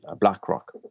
blackrock